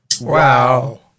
wow